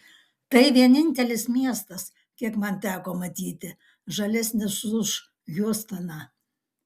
tai vienintelis miestas kiek man teko matyti žalesnis už hjustoną